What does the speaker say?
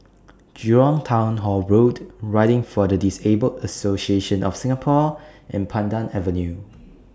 Jurong Town Hall Road Riding For The Disabled Association of Singapore and Pandan Avenue